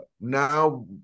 now